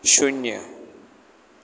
શૂન્ય